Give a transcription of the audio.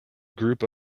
group